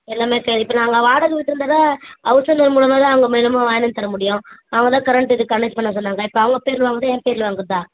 எல்லாமே கேரி இப்போ நாங்கள் வாடகை வீட்டில் இருந்தாக்கா ஹவுஸ் ஓனர் மூலமாக தான் அவங்க மூலயமா வாங்கிட்டு வந்து தரமுடியும் அவங்க தான் கரண்ட் இது கனெக்ட் பண்ண சொன்னாங்க இப்போ அவங்க பேரில் வாங்குகிறதா என் பேரில் வாங்குகிறதா